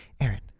Aaron